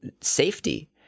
safety